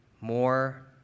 more